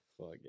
Fuck